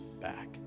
back